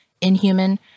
Inhuman